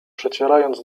przecierając